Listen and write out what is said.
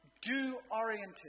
do-oriented